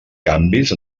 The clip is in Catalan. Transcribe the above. canvis